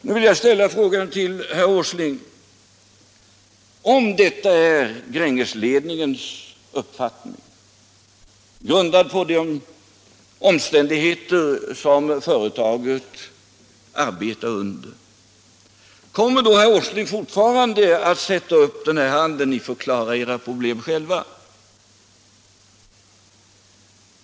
Nu vill jag ställa frågan till herr Åsling: Om detta är Grängesledningens uppfattning, grundad på de omständigheter som företaget arbetar under, kommer då herr Åsling att fortfarande sätta upp kalla handen och säga: Ni får klara era problem själva!